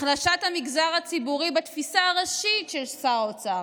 החלשת המגזר הציבורי בתפיסה הראשית של שר האוצר.